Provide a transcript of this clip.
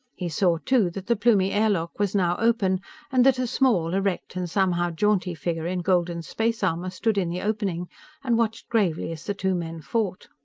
he saw, too, that the plumie air lock was now open and that a small, erect, and somehow jaunty figure in golden space armor stood in the opening and watched gravely as the two men fought.